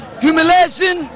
humiliation